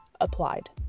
applied